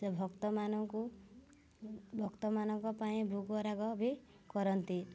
ସେ ଭକ୍ତମାନଙ୍କୁ ଭକ୍ତମାନଙ୍କ ପାଇଁ ଭୋଗ ରାଗ ବି କରନ୍ତି